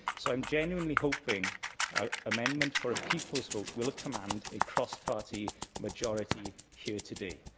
so, i'm genuinely hoping amendment for a people's vote will command a cross-party majority here today.